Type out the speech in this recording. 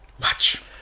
Watch